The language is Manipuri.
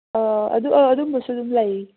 ꯑꯗꯨꯒꯨꯝꯕꯁꯨ ꯑꯗꯨꯝ ꯂꯩ